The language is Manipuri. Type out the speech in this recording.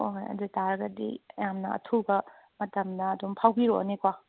ꯍꯣꯏ ꯍꯣꯏ ꯑꯗꯨ ꯑꯣꯏꯇꯔꯒꯗꯤ ꯌꯥꯝꯅ ꯑꯊꯨꯕ ꯃꯇꯝꯗ ꯑꯗꯨꯝ ꯐꯥꯎꯕꯤꯔꯛꯂꯣꯅꯦꯀꯣ